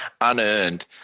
unearned